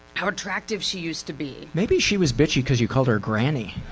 how attractive she used to be. maybe she was bitchy cause you called her granny.